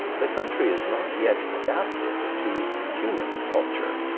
the country is not yet adapted to human culture,